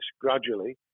gradually